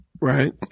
Right